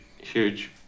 huge